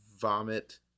vomit